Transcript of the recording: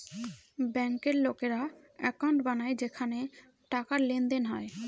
ব্যাঙ্কের লোকেরা একাউন্ট বানায় যেখানে টাকার লেনদেন হয়